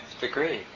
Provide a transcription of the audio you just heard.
degree